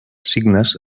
signes